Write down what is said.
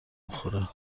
بخوره